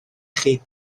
chi